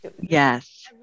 Yes